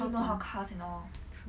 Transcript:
know how about how cars and all